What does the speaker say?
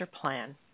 plan